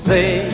Say